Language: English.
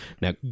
Now